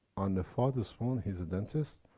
on the father's phone, he's a dentist.